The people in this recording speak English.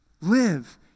Live